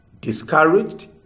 discouraged